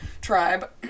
tribe